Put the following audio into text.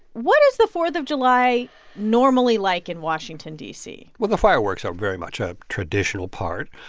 what is the fourth of july normally like in washington, d c? well, the fireworks are very much a traditional part.